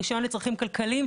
רישיון לצרכים כלכליים,